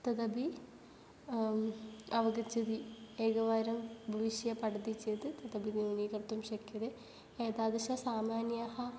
तदपि अवगच्छति एकवारम् उपविश्य पठति चेद् तदपि न्यूनीकर्तुं शक्यदे एतादृश्यः सामान्याः